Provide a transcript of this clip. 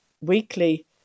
Weekly